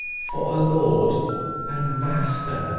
for a lord and master,